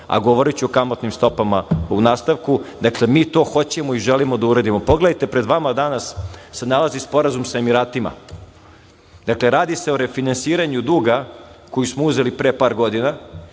a govoriću o kamatnim stopama u nastavku, dakle, mi to hoćemo i želimo da uradimo. Pogledajte, pred vama se danas nalazi sporazum sa Emiratim, dakle, radi se o refinansiranju duga koji smo uzeli pre par godina